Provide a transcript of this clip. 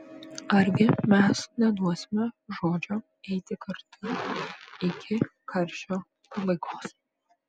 argi mes neduosime žodžio eiti kartu iki karčios pabaigos